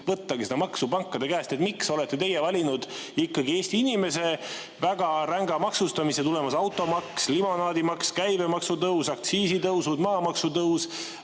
võtta seda maksu pankade käest. Miks olete teie valinud ikkagi Eesti inimese väga ränga maksustamise? Tulemas on automaks, limonaadimaks, käibemaksu tõus, aktsiisitõusud, maamaksu tõus,